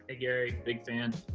ah gary, big fan.